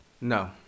No